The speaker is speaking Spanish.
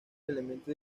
elemento